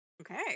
Okay